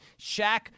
Shaq –